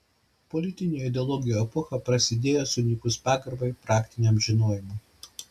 politinių ideologijų epocha prasidėjo sunykus pagarbai praktiniam žinojimui